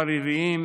עריריים,